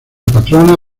patrona